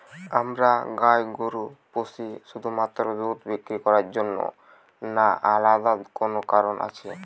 আমরা গাই গরু পুষি শুধুমাত্র দুধ বিক্রি করার জন্য না আলাদা কোনো কারণ আছে?